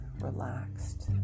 relaxed